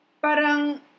parang